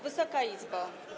Wysoka Izbo!